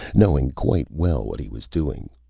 knowing quite well what he was doing.